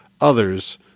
others